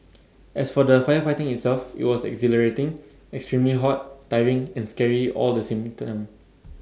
as for the firefighting itself IT was exhilarating extremely hot tiring and scary all the same time